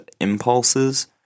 impulses